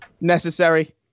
necessary